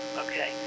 okay